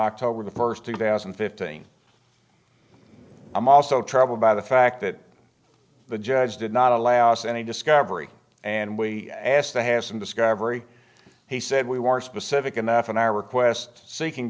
october the first two thousand and fifteen i'm also troubled by the fact that the judge did not allow us any discovery and we asked the hassam discovery he said we weren't specific enough in our request seeking